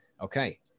Okay